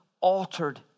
altered